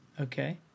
Okay